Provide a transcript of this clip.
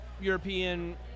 European